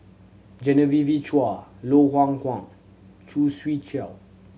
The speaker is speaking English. Genevieve Chua Low Khoo Swee Chiow